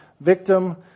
victim